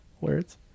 words